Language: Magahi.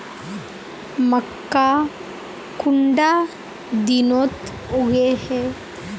मक्का कुंडा दिनोत उगैहे?